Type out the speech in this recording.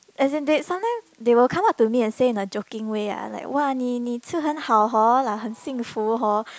as in they sometime they will come up to me and said in a joking way ah like !wah! 你你吃很好 hor 很幸福 hor